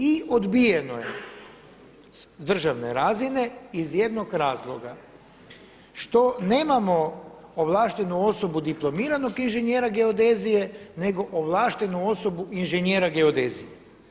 I odbijeno je s državne razine iz jednog razloga, što nemamo ovlaštenu osobu diplomiranog inženjera geodezije nego ovlaštenu osobu inženjera geodezija.